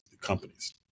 companies